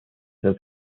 has